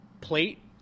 plate –